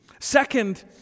Second